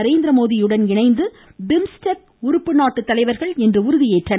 நரேந்திர மோடியுடன் இணைந்து பிம்ஸ்டெக் நாட்டுத்தலைவர்கள் இன்று உறுதியேற்றுள்ளனர்